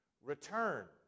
return